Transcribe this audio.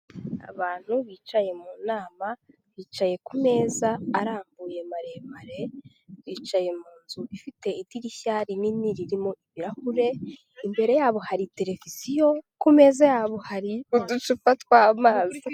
Abantu bicaye mu nama, bicaye ku meza arambuye maremare, bicaye mu nzu ifite idirishya rinini ririmo ibirahure, imbere yabo hari televiziyo, ku meza yabo hari uducupa tw'amazi.